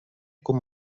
com